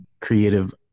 creative